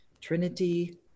trinity